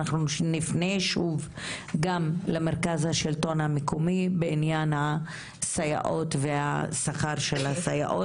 אנחנו נפנה שוב גם למרכז השלטון המקומי בעניין הסייעות והשכר של הסייעות